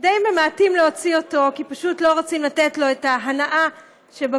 די ממעטים להוציא אותו כי פשוט לא רוצים לתת לו את ההנאה שבפרובוקציה,